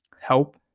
help